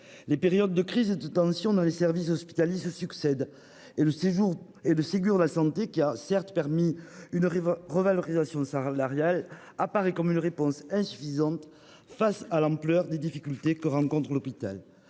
Les périodes de crise et de tensions dans les services hospitaliers se succèdent, et le Ségur de la santé, qui a certes permis une revalorisation salariale, apparaît comme une réponse insuffisante face à l'ampleur des difficultés que rencontre l'hôpital.